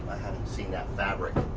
hadn't seen that fabric.